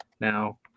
now